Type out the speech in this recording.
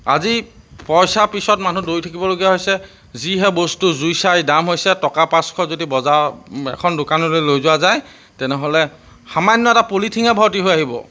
আজি পইচা পিছত মানুহ দৌৰি থাকিবলগীয়া হৈছে যিহে বস্তুৰ জুই চাই দাম হৈছে টকা পাঁচশ যদি বজাৰ এখন দোকানলৈ লৈ যোৱা যায় তেনেহ'লে সামান্য এটা পলিথিনে ভৰ্তি হৈ আহিব